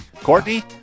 Courtney